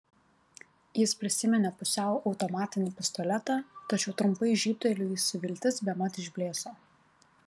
jis prisiminė pusiau automatinį pistoletą tačiau trumpai žybtelėjusi viltis bemat išblėso